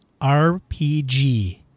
RPG